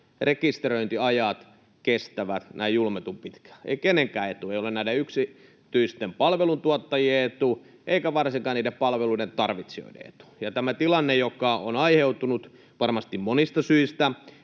rekisteröintiajat kestävät näin julmetun pitkään, ei kenenkään etu. Se ei ole näiden yksityisten palveluntuottajien etu eikä varsinkaan niiden palveluiden tarvitsijoiden etu. Tämä tilanne, joka on aiheutunut varmasti monista syistä,